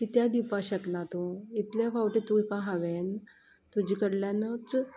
कित्या दिवपा शकना तूं इतल्या फावटीं तुका हांवें तुजे कडल्यानूच